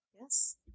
Yes